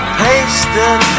pasted